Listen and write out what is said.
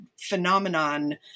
phenomenon